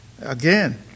again